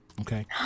Okay